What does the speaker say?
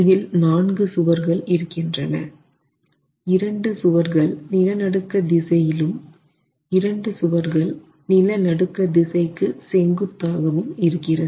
இதில் 4 சுவர்கள் இருக்கின்றன இரண்டு சுவர்கள் நில நடுக்க திசையிலும் இரண்டு சுவர்கள் நிலநடுக்க திசைக்கு செங்குத்தாகவும் இருக்கிறது